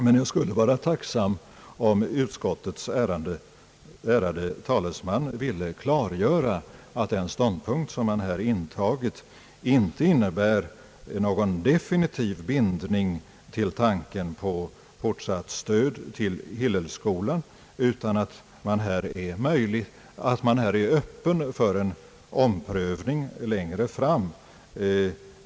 Men jag vore tacksam om utskottets ärade talesman ville klargöra att den ståndpunkt man intagit inte innebär någon definitiv bindning till tanken på fortsatt stöd till Hillelskolan utan att man är öppen för en omprövning längre fram.